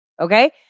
Okay